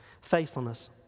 faithfulness